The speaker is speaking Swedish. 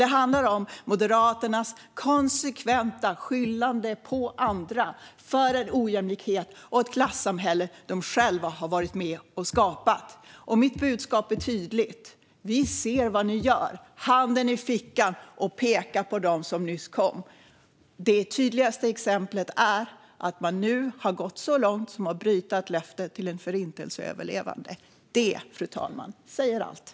Det handlar om Moderaternas konsekventa skyllande på andra för en ojämlikhet och ett klassamhälle de själva har varit med och skapat. Mitt budskap är tydligt. Vi ser vad ni gör - den ena handen går ned i fickan, den andra pekar på dem som nyss kommit. Det tydligaste exemplet är att man nu har gått så långt som att bryta ett löfte till en Förintelseöverlevande. Det säger allt, fru talman.